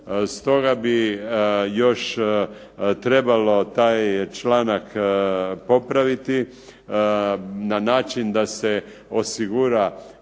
Stoga bi još trebalo taj članak popraviti, na način da se osigura